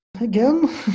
Again